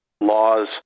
laws